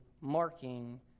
marking